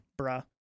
bruh